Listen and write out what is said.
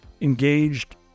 engaged